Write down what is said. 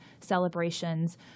celebrations